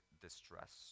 distress